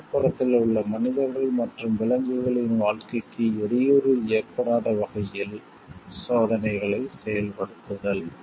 சுற்றுப்புறத்தில் உள்ள மனிதர்கள் மற்றும் விலங்குகளின் வாழ்க்கைக்கு இடையூறு ஏற்படாத வகையில் சோதனைகளை செயல்படுத்துதல்